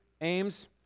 aims